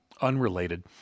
unrelated